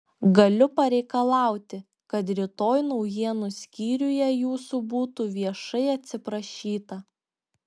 galiu pareikalauti kad rytoj naujienų skyriuje jūsų būtų viešai atsiprašyta